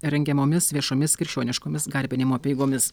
rengiamomis viešomis krikščioniškomis garbinimo apeigomis